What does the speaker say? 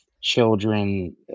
children